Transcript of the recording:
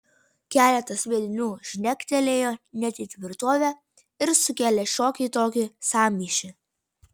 keletas sviedinių žnegtelėjo net į tvirtovę ir sukėlė šiokį tokį sąmyšį